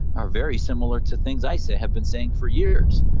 are very similar to things i so have been saying for years.